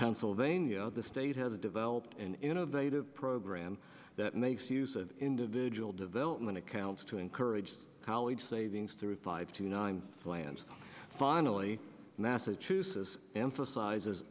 pennsylvania the state has developed an innovative program that makes use of individual development accounts to encourage college savings through five to nine plans finally massachusetts emphasizes